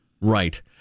Right